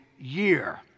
year